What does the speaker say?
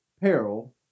peril